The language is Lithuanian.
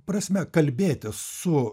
prasme kalbėtis su